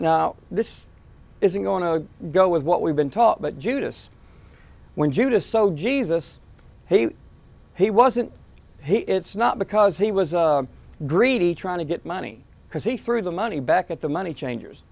judas this isn't going to go with what we've been taught but judas when judas oh jesus he he wasn't he it's not because he was a greedy trying to get money because he threw the money back at the money change